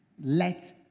Let